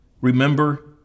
Remember